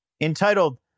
entitled